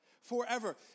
Forever